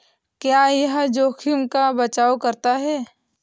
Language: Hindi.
क्या यह जोखिम का बचाओ करता है?